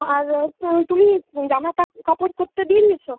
ও আর তুমি জামা কাপড় করতে দিয়ে দিয়েছ